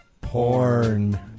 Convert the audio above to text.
porn